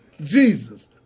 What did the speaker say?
Jesus